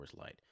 Light